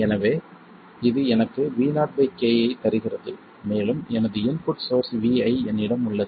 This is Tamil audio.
எனவே இது எனக்கு Vo k ஐத் தருகிறது மேலும் எனது இன்புட் சோர்ஸ் Vi என்னிடம் உள்ளது